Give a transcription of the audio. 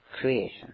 creation